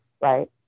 right